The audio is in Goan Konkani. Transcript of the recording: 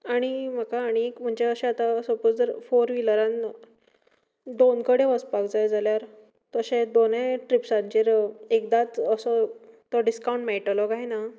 म्हाका आनी एक म्हणचे अशें आतां सपोझ जर फोर विलरान दोन कडेन वचपाक जाय जाल्यार अशें दोनय ट्रिप्सांचेर एकदांच असो तो डिसकाउंट मेळटलो कांय ना